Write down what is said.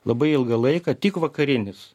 labai ilgą laiką tik vakarinis